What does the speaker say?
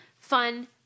fun